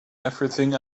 everything